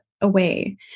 away